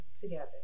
together